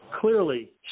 Clearly